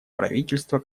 правительство